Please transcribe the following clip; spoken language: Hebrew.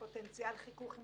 שהמפכ"ל נדרש לכך יותר מפעם אחת,